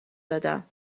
دادم